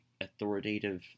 authoritative